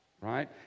right